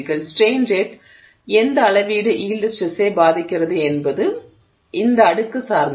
strain rate எந்த அளவிற்கு yield ஸ்ட்ரெஸ்ஸை பாதிக்கிறது என்பது இந்த அடுக்கு சார்ந்தது